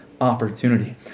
opportunity